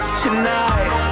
tonight